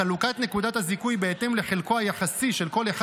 חלוקת נקודת הזיכוי בהתאם לחלקו היחסי של כל אחד